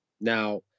Now